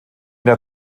der